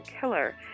killer